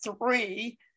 three